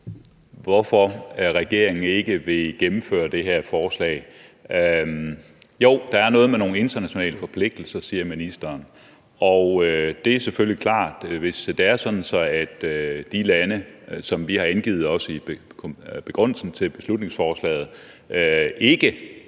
hvorfor regeringen ikke vil gennemføre det her forslag. Jo, der er noget med nogle internationale forpligtelser, siger ministeren, og det er selvfølgelig klart, at hvis det er sådan, at de lande, som vi også har angivet i begrundelsen til beslutningsforslaget, ikke